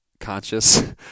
conscious